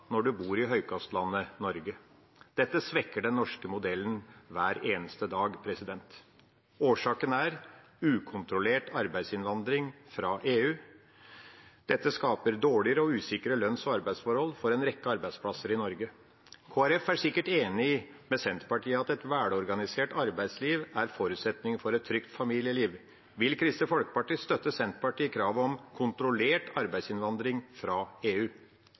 når en bor i høykostlandet Norge. Dette svekker den norske modellen hver eneste dag. Årsaken er ukontrollert arbeidsinnvandring fra EU. Dette skaper dårligere og usikre lønns- og arbeidsforhold for en rekke arbeidsplasser i Norge. Kristelig Folkeparti er sikkert enig med Senterpartiet i at et velorganisert arbeidsliv er forutsetningen for et trygt familieliv. Vil Kristelig Folkeparti støtte Senterpartiet i kravet om kontrollert arbeidsinnvandring fra EU?